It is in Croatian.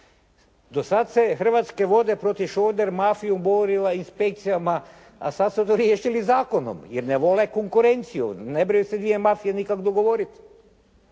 Do sad su se Hrvatske vode protiv "šoder mafije" borile inspekcijama, a sad su to riješili zakonom jer ne vole konkurenciju. Ne mogu se dvije mafije nikako dogovoriti.